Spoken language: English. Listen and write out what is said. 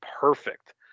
perfect